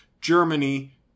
Germany